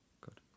Good